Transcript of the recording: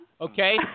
Okay